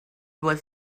was